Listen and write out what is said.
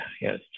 yes